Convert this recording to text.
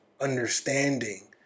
understanding